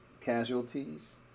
casualties